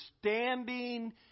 standing